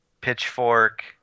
Pitchfork